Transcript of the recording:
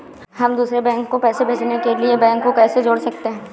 हम दूसरे बैंक को पैसे भेजने के लिए बैंक को कैसे जोड़ सकते हैं?